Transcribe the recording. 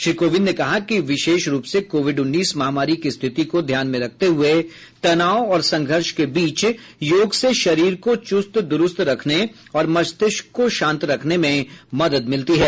श्री कोविंद ने कहा कि विशेष रूप से कोविड उन्नीस महामारी की स्थिति को ध्यान में रखते हुए तनाव और संघर्ष के बीच योग से शरीर को चुस्त दुरुस्त रखने और मस्तिष्क को शांत रखने में मदद मिलती है